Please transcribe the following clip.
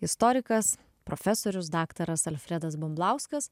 istorikas profesorius daktaras alfredas bumblauskas